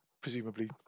presumably